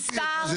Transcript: מדאיג אותי.